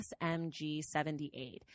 SMG78